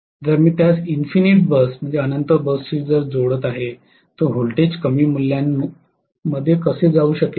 जर मी त्यास इन्फ़िनिट बसशी जोडत आहे तर व्होल्टेज कमी मूल्यांमध्ये कसे जाऊ शकेल